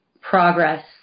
progress